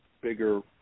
bigger